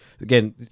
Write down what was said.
again